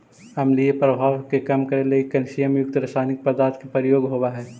अम्लीय प्रभाव के कम करे लगी कैल्सियम युक्त रसायनिक पदार्थ के प्रयोग होवऽ हई